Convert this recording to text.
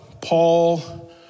Paul